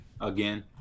again